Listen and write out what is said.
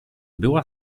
była